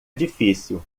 difícil